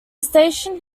station